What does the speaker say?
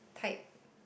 type